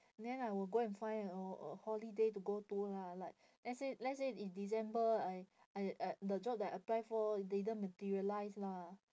then I will go and find a uh holiday to go to lah like let's say let's say in december I I(uh) the job that I apply for didn't materialise lah